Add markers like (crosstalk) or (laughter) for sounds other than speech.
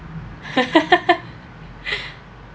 (laughs)